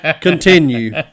Continue